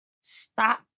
stop